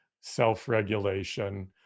self-regulation